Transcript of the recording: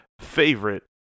favorite